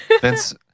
Vince